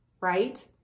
right